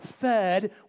fed